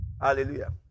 Hallelujah